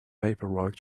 paperwork